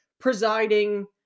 presiding